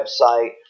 website